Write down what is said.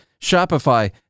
Shopify